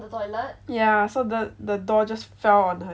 yeah so the the door just fell on her head